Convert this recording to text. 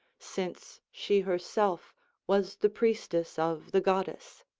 since she herself was the priestess of the goddess.